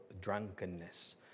drunkenness